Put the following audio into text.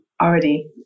already